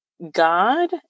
god